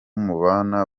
mubana